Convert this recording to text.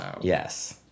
yes